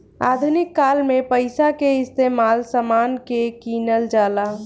आधुनिक काल में पइसा के इस्तमाल समान के किनल जाला